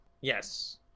yes